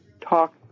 talk